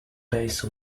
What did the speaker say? base